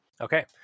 Okay